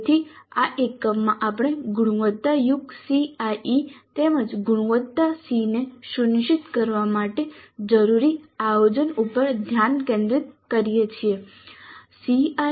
તેથી આ એકમમાં આપણે ગુણવત્તાયુક્ત CIE તેમજ ગુણવત્તા SEE ને સુનિશ્ચિત કરવા માટે જરૂરી આયોજન ઉપર ધ્યાન કેન્દ્રિત કરીએ છીએ